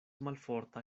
malforta